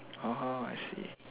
oh I see